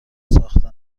ساخته